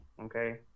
okay